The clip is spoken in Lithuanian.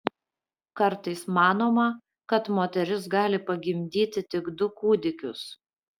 kartais manoma kad moteris gali pagimdyti tik du kūdikius